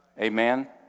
Amen